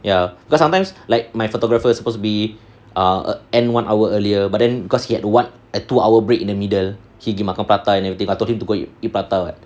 ya because sometimes like my photographers supposed to be err end one hour earlier but then cause he had one a two hour break in the middle he gi makan prata and everything I told him to go eat prata [what]